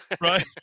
right